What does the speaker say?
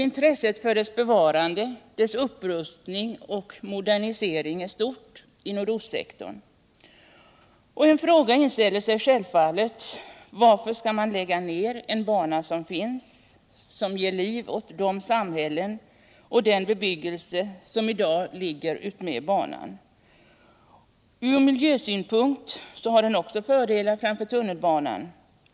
Intresset för dess bevarande, dess upprustning och modernisering är stort i nordostsektorn. En fråga inställer sig självfallet: Varför skall man lägga ner en bana som finns och som ger liv åt de samhällen och den bebyggelse som ligger utmed den? Från miljösynpunkt har den också fördelar framför tunnelbanan.